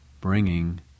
bringing